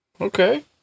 Okay